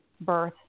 birth